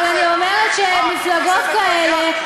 אבל אני אומרת שמפלגות כאלה,